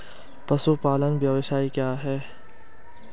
पशुपालन व्यवसाय क्या है?